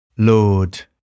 Lord